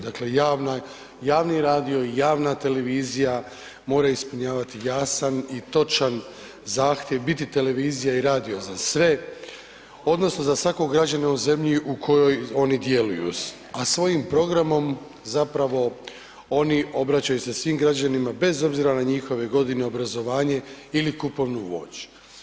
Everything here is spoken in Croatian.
Dakle javni radio, javna televizija, moraju ispunjavati jasan i točan zahtjev, biti televizija i radio za sve odnosno za svakog građana u zemlji u kojoj oni djeluju a svojim programom zapravo oni obraćaju se svim građanima bez obzira na njihove godine, obrazovanje ili kupovnu moć.